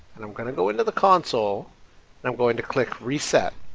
and i'm gonna go into the console and i'm going to click reset,